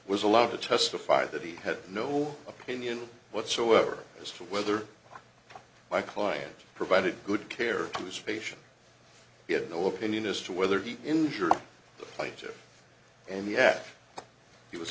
was allowed to testify that he had no opinion whatsoever as to whether my client provided good care to spatial he had no opinion as to whether he injured the plaintiff and yet he was